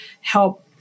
help